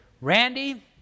Randy